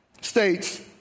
states